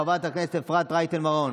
חברת הכנסת אפרת רייטן מרום.